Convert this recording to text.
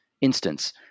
instance